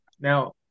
Now